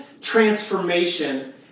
transformation